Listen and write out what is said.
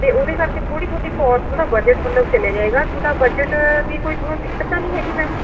ਅਤੇ ਉਹਦੇ ਕਰਕੇ ਥੋੜ੍ਹੀ ਥੋਡੀ ਕੋਸਟ ਥੋੜ੍ਹਾ ਬਜਟ ਮਤਲਬ ਚਲਿਆ ਜਾਏਗਾ ਤੁਹਾਡਾ ਬਜਟ ਦੀ ਕੋਈ ਤੁਹਾਨੂੰ ਦਿੱਕਤ ਤਾਂ ਨੀ ਹੈਗੀ ਮੈਮ